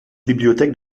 bibliothèque